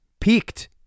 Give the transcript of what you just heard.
Peaked